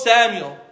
Samuel